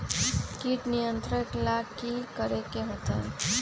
किट नियंत्रण ला कि करे के होतइ?